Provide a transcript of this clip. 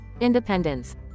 independence